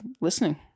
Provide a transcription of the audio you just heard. listening